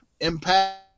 Impact